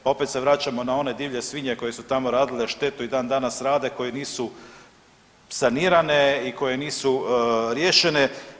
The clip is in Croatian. Pa opet se vraćamo na one divlje svinje koje su tamo radile štetu i dan danas rade, koje nisu sanirane i koje nisu riješene.